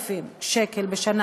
3,000 שקל בשנה,